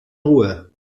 ruhe